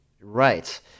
Right